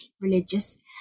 religious